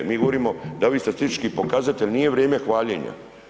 Mi govorimo da ovi statistički pokazatelji nije vrijeme hvaljenja.